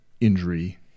injury